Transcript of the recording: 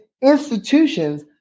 institutions